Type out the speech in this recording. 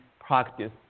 practice